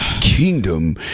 Kingdom